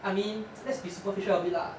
I mean let's be superficial a bit lah